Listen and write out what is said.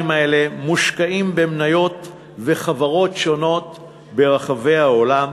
שמושקעים במניות ובחברות שונות ברחבי העולם,